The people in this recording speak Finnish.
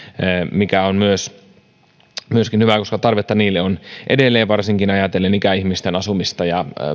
mikä on myöskin hyvä koska tarvetta niille on edelleen varsinkin ajatellen ikäihmisten asumista ja